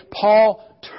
Paul